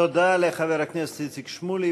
תודה לחבר הכנסת איציק שמולי.